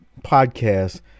podcast